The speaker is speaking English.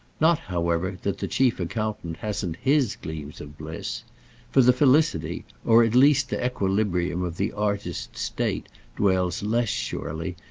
not, however, that the chief accountant hasn't his gleams of bliss for the felicity, or at least the equilibrium of the artist's state dwells less, surely,